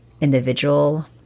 individual